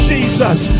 Jesus